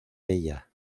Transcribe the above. ella